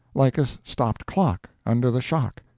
like a stopped clock, under the shock.